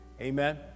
Amen